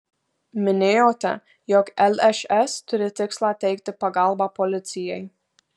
minėjote jog lšs turi tikslą teikti pagalbą policijai